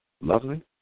lovely